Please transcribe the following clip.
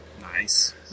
Nice